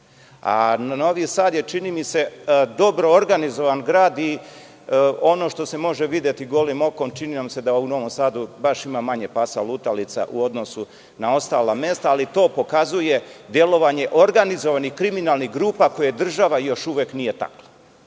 Sad je, čini mi se, dobro organizovan grad i ono što se može videti golim okom, čini vam se da u Novom Sadu baš ima manje pasa lutalica u odnosu na ostala mesta, ali to pokazuje delovanje organizovanih kriminalnih grupa koje država još uvek nije takla. Ja